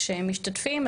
כשמשתתפים,